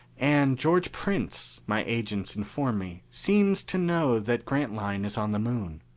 and george prince, my agents inform me, seems to know that grantline is on the moon.